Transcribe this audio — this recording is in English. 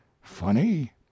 funny